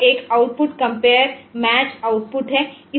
तो यह एक आउटपुट कंपेयर मैच आउटपुट है